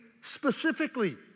specifically